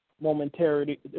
momentarily